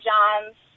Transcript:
John's